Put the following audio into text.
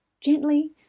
gently